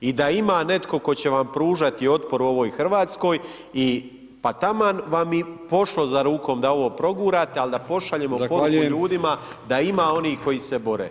I da ima netko tko će vam pružati otpor u ovoj Hrvatskoj i pa taman vam i pošlo za rukom da ovo progurate ali da pošaljemo poruku ljudima da ima onih koji se bore.